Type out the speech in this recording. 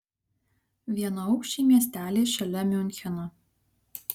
vienaaukščiai miesteliai šalia miuncheno